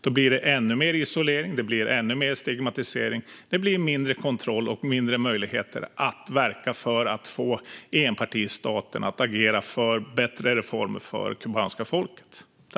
Då blir det ännu mer isolering och stigmatisering och mindre kontroll och möjligheter att verka för att få enpartistaten att agera för bättre reformer för det kubanska folket.